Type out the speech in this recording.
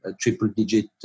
triple-digit